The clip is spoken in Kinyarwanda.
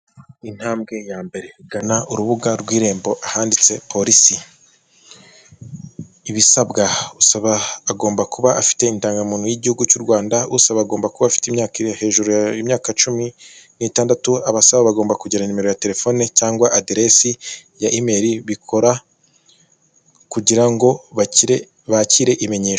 Intambwe ya mbere igana urubuga rw'irembo ahanditse porisi ibisabwa ,usaba agomba kuba afite indangamuntu y'igihugu cy'u Rwanda, usaba agomba kuba afite imyaka iri hejuru imyaka cumi n'itandatu ,abasaba bagomba kugira nimero ya terefone cyangwa aderesi ya imeri bikora kugira ngo bakire imenyesha.